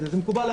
זה מקובל עלינו.